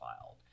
filed